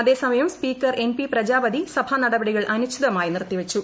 അതേസമയം speaker N P Prajapati സഭാനപടികൾ അനിശ്ചിതമായി നിർത്തിവച്ചു